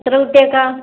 എത്ര കുട്ടികൾക്കാണ്